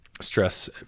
stress